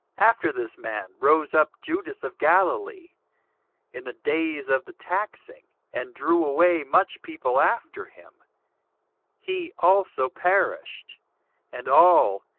after this man rose up judas of galilee in the days of the taxing, and drew away much people after him he also perished and all,